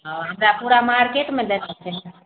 हाँ हमरा पूरा मार्केटमे देख